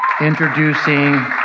introducing